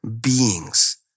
beings